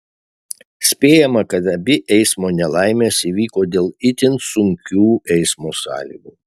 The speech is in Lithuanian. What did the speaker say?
spėjama kad abi eismo nelaimės įvyko dėl itin sunkių eismo sąlygų